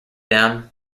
down